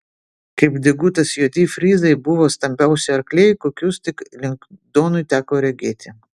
kaip degutas juodi fryzai buvo stambiausi arkliai kokius tik lengdonui teko regėti